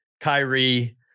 Kyrie